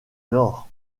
nord